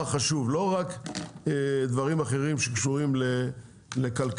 חשוב; לא רק דברים אחרים שקשורים לכלכלה.